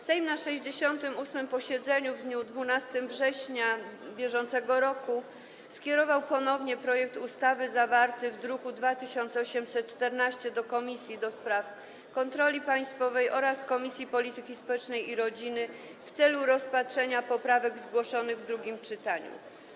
Sejm na 68. posiedzeniu w dniu 12 września br. skierował ponownie projekt ustawy zawarty w druku nr 2814 do Komisji do Spraw Kontroli Państwowej oraz Komisji Polityki Społecznej i Rodziny w celu rozpatrzenia poprawek zgłoszonych w drugim czytaniu.